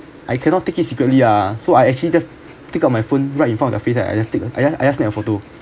I cannot take it secretly ah so I actually just take out my phone right in front of the face I just take I just I just take a photo